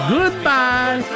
Goodbye